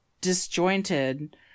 disjointed